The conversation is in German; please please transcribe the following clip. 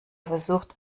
versucht